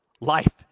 life